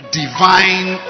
divine